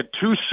two